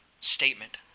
statement